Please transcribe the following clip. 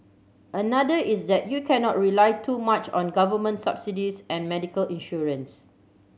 another is that you cannot rely too much on government subsidies and medical insurance